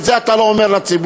ואת זה אתה לא אומר לציבור.